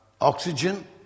oxygen